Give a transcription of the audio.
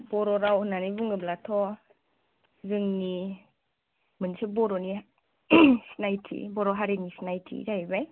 बर' राव होननानै बुङोब्लाथ' जोंनि मोनसे बर'नि सिनायथि बर' हारिनि सिनायथि जाहैबाय